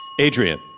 Adrian